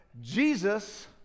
Jesus